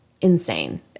Insane